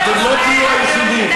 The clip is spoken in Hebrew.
אתם לא תהיו היחידים.